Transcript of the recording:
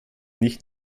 nicht